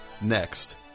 next